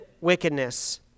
wickedness